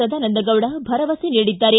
ಸದಾನಂದಗೌಡ ಭರವಸೆ ನೀಡಿದ್ದಾರೆ